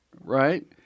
Right